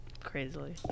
Crazily